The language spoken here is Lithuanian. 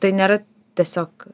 tai nėra tiesiog